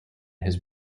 his